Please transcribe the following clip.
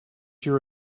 your